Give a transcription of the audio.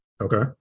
Okay